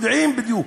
יודעים בדיוק.